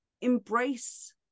embrace